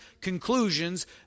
conclusions